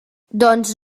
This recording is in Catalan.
doncs